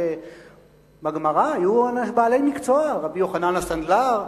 בגמרא היו בעלי מקצוע, רבי יוחנן הסנדלר ואחרים.